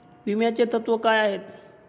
विम्याची तत्वे काय आहेत?